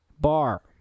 bar